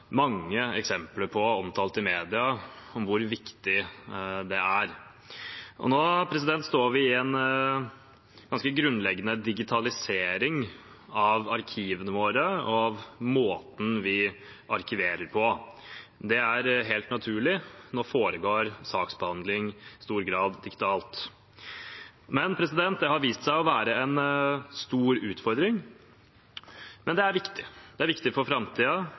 mange eksempler omtalt i media på hvor viktig det er. Nå står vi i en ganske grunnleggende digitalisering av arkivene våre og måten vi arkiverer på. Det er helt naturlig, for nå foregår saksbehandling i stor grad digitalt. Det har vist seg å være en stor utfordring, men det er viktig for framtiden, og egentlig nåtiden, fordi nåtiden allerede er